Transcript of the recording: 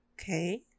Okay